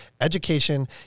Education